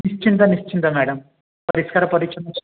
ନିଶ୍ଚିନ୍ତ ନିଶ୍ଚିନ୍ତ ମ୍ୟାଡାମ୍ ପରିଷ୍କାର ପରିଚ୍ଛନ୍ନ